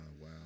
wow